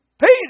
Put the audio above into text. Peter